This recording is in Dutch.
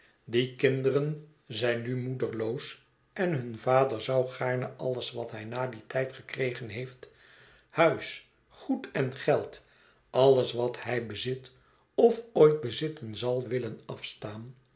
die kinderen zijn nu moederloos en hun vader zou gaarne alles wat hij na dien tijd gekregen heeft huis goed en geld alles wat hij bezit of ooit bezitten zal willen afstaan